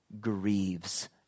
grieves